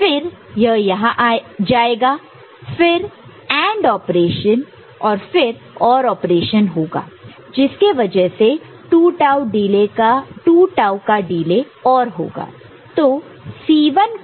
फिर यह यहां जाएगा फिर AND ऑपरेशन और फिर OR ऑपरेशन होगा जिसके वजह से 2 टाऊ का डिले और होगा